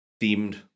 themed